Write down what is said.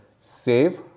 save